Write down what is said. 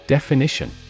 Definition